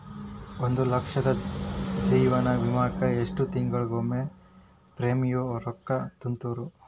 ಒಂದ್ ಲಕ್ಷದ ಜೇವನ ವಿಮಾಕ್ಕ ಎಷ್ಟ ತಿಂಗಳಿಗೊಮ್ಮೆ ಪ್ರೇಮಿಯಂ ರೊಕ್ಕಾ ತುಂತುರು?